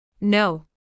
No